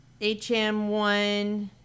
HM1